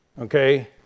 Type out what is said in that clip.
Okay